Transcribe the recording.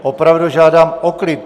Opravdu žádám o klid.